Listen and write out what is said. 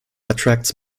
attracts